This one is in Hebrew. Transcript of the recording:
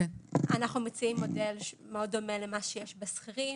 אנחנו מציעים מודל מאוד דומה למה שיש בשכירים.